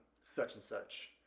such-and-such